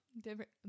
Different